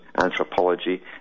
anthropology